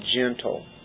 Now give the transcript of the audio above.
gentle